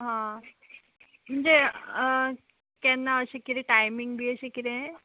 आं म्हणजे केन्ना अशें कितें टायमींग बी अशें कितें